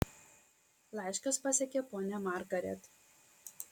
laiškas pasiekė ponią margaret